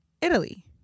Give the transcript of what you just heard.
Italy